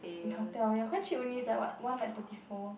hotel ya quite cheap only like it's like what one night thirty four